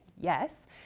yes